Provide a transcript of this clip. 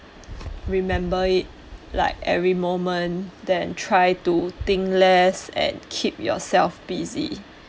remember it like every moment then try to think less and keep yourself busy